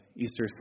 Easter